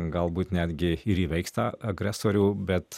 galbūt netgi ir įveiks tą agresorių bet